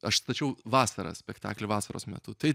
aš stačiau vasarą spektaklį vasaros metu tai